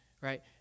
right